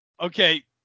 Okay